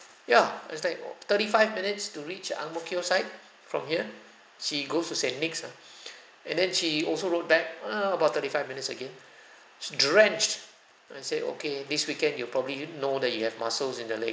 ya and it's like thirty-five minutes to reach ang mo kio side from here she goes to saint nics ah and then she also rode back err about thirty-five minutes again drenched I say okay this weekend you probably you know that you have muscles in the leg